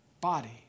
body